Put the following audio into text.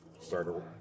start